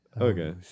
Okay